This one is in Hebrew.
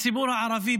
הציבור הערבי,